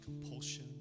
compulsion